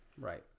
Right